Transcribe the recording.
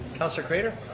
counselor craitor.